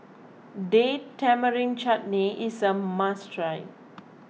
Date Tamarind Chutney is a must try